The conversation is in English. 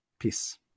Peace